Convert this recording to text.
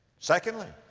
secondly,